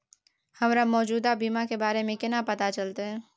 हमरा मौजूदा बीमा के बारे में केना पता चलते?